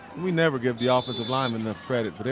we never give the ah offensive linemen enough credit.